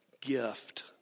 gift